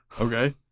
Okay